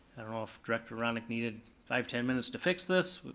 i don't know if director ronnick needed five, ten minutes to fix this.